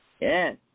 Yes